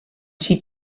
she